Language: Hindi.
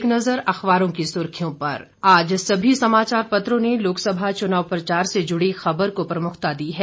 एक नज़र अखबारों की सुर्खियों पर आज सभी समाचार पत्रों ने लोकसभा चुनाव प्रचार से जुड़ी खबर को प्रमुखता दी है